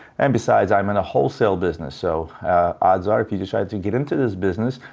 and besides, i'm in a wholesale business, so odds are, if you decide to get into this business,